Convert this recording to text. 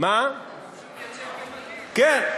כן,